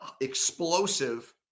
explosive